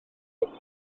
beswch